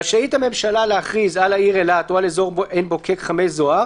רשאית הממשלה להכריז על העיר אילת או על אזור עין בוקק-חמי זוהר